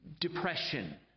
depression